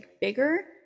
bigger